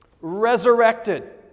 resurrected